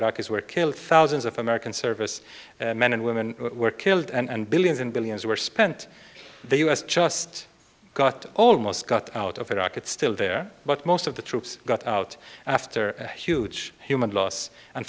iraqis were killed thousands of american service men and women were killed and billions and billions were spent the us just got almost got out of iraq it's still there but most of the troops got out after a huge human loss and